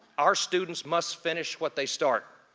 our students must finish what they start.